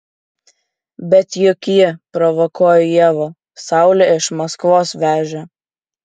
bet juk ji provokuoju ievą saulę iš maskvos vežė